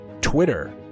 Twitter